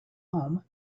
home